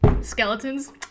Skeletons